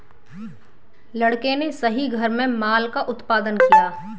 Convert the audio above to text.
लड़के ने सही घर में माल का उत्पादन किया